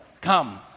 Come